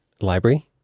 library